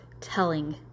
telling